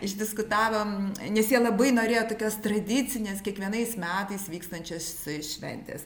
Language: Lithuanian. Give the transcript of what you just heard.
išdiskutavom nes jie labai norėjo tokios tradicinės kiekvienais metais vykstančios šventės